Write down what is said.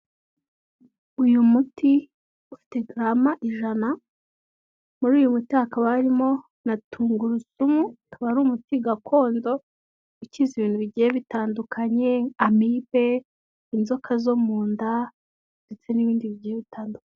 Uyu muti ufite garama ijana muri uyu muti hakaba harimo na tungurusumu akaba ari umuti gakondo ukizaza ibintu bigiye bitandukanye amibe inzoka zo mu nda ndetse n'ibindi bigiye bitandukanye.